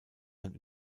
sein